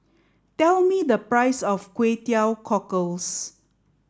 tell me the price of Kway Teow Cockles